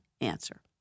answer